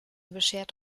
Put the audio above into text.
beschert